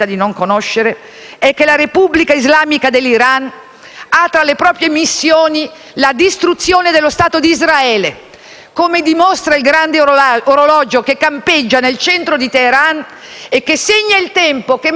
ha tra le proprie missioni la distruzione dello Stato di Israele, come dimostra il grande orologio che campeggia nel centro di Teheran e che segna il tempo che manca alla distruzione di Israele, entro il 2040,